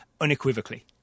unequivocally